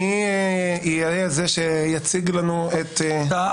מי יהיה זה שיציג לנו את --- אתה,